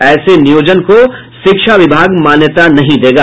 ऐसे नियोजन को शिक्षा विभाग मान्यता नहीं देगा